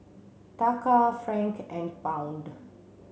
Taka Franc and Pound